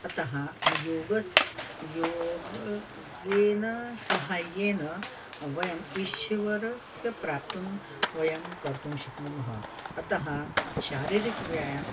अतः योगः योगेन सहाय्येन वयम् ईश्वरस्य प्राप्तुं वयं कर्तुं शक्नुमः अतः शारीरिकव्यायाम्